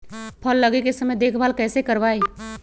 फल लगे के समय देखभाल कैसे करवाई?